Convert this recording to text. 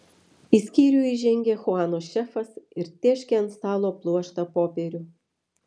į skyrių įžengė chuano šefas ir tėškė ant stalo pluoštą popierių